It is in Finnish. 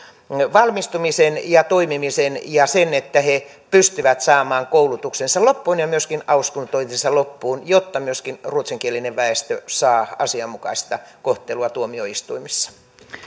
valmistumisen ja toimimisen ja sen että he pystyvät saamaan koulutuksensa loppuun ja myöskin auskultointinsa loppuun jotta myöskin ruotsinkielinen väestö saa asianmukaista kohtelua tuomioistuimissa